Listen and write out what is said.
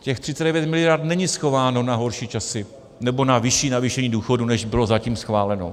Těch 39 mld. není schováno na horší časy nebo na vyšší navýšení důchodů, než bylo zatím schváleno.